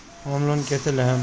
Home loan कैसे लेहम?